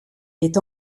est